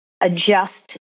adjust